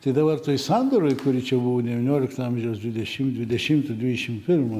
tai dabar toj sandoroj kuri čia buvo devyniolikto amžiaus dvidešim dvidešimto dvidešim pirmo